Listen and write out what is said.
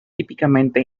típicamente